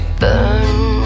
burn